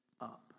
up